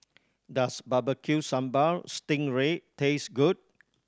does Barbecue Sambal sting ray taste good